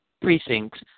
precincts